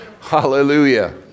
Hallelujah